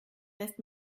lässt